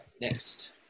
next